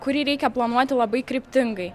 kurį reikia planuoti labai kryptingai